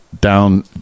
down